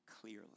clearly